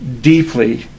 deeply